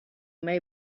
may